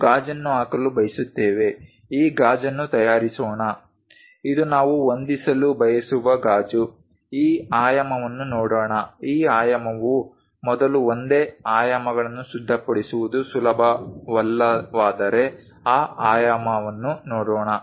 ನಾವು ಗಾಜನ್ನು ಹಾಕಲು ಬಯಸುತ್ತೇವೆ ಈ ಗಾಜನ್ನು ತಯಾರಿಸೋಣ ಇದು ನಾವು ಹೊಂದಿಸಲು ಬಯಸುವ ಗಾಜು ಈ ಆಯಾಮವನ್ನು ನೋಡೋಣ ಈ ಆಯಾಮವು ಮೊದಲು ಒಂದೇ ಆಯಾಮಗಳನ್ನು ಸಿದ್ಧಪಡಿಸುವುದು ಸುಲಭವಲ್ಲವಾದರೆ ಈ ಆಯಾಮವನ್ನು ನೋಡೋಣ